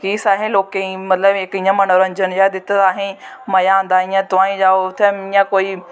किश असें लोकें इयां मनोरंजन जेहा दित्ते दा असें मज़ा आंदा तुआहीं जाओ उत्थें